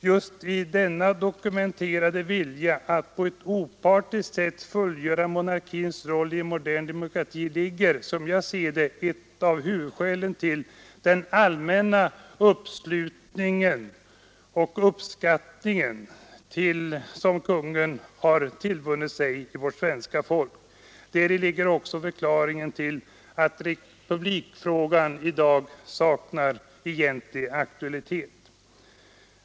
Just i denna dokumenterade vilja att på opartiskt sätt fullgöra monarkens roll i en modern demokrati ligger som jag ser det ett huvudskäl till den allmänna uppskattning de tillvunnit sig hos vårt svenska folk. Däri ligger förklaringen till att republikfrågan saknar egentlig aktualitet i dag.